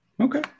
okay